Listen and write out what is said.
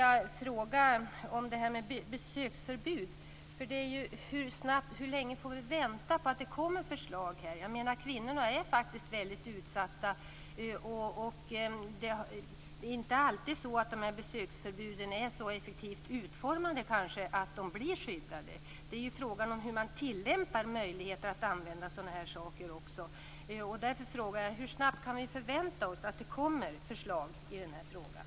Hur länge skall vi få vänta på att det kommer förslag där? Kvinnorna är faktiskt väldigt utsatta. Det är kanske inte alltid så att besöksförbuden är så effektivt utformade att kvinnorna blir skyddade. Det är också fråga om hur man tillämpar möjligheterna att använda sådana här saker. Därför frågar jag: Hur snabbt kan vi förvänta oss att det kommer förslag i den här frågan?